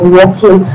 walking